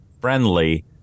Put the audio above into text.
friendly